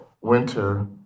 Winter